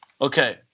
Okay